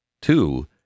Two